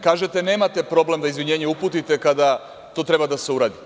Kažete nemate problem da izvinjenje uputite kada to treba da se uradi.